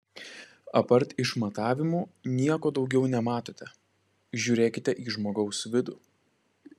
apart išmatavimų nieko daugiau nematote žiūrėkite į žmogaus vidų